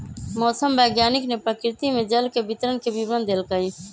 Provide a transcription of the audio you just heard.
मौसम वैज्ञानिक ने प्रकृति में जल के वितरण के विवरण देल कई